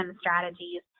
strategies